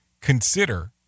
consider